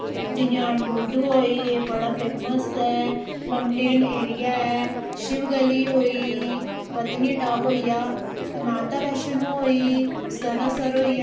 जियां डुडू होई एह् बड़ा फेमस ऐ मौंटेन ऐरिया ऐ शिवगली होई पत्नीटाप होई गेआ माता वैश्णो होई सनासर होई गेआ